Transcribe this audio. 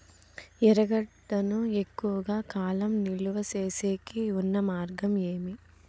ఎర్రగడ్డ ను ఎక్కువగా కాలం నిలువ సేసేకి ఉన్న మార్గం ఏమి?